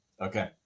Okay